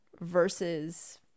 versus